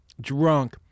drunk